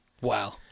Wow